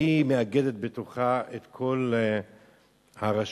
היא מאגדת בתוכה את כל הרשויות,